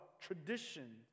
tradition